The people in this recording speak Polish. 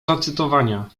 zacytowania